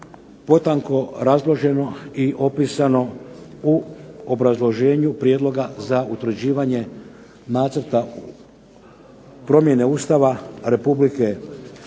potanko razloženo i opisano u obrazloženju prijedloga za utvrđivanje Nacrta promjene Ustava Republike Hrvatske